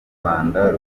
rwanda